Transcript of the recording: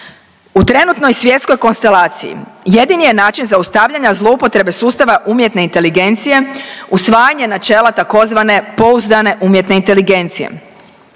U trenutnoj svjetskoj konstelaciji jedini je način zaustavljanja zloupotrebe sustava umjetne inteligencije usvajanje načela tzv. pouzdane umjetne inteligencije.